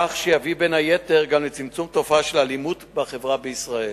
כך שיביאו בין היתר גם לצמצום התופעה של אלימות בחברה בישראל.